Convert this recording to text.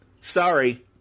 Sorry